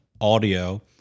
audio